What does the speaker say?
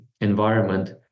environment